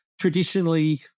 traditionally